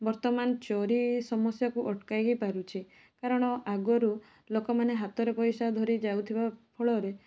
ବର୍ତ୍ତମାନ ଚୋରି ସମସ୍ୟାକୁ ଅଟକାଇ ପାରୁଛି କାରଣ ଆଗରୁ ଲୋକମାନେ ହାତରେ ପଇସା ଧରି ଯାଉଥିବା ଫଳରେ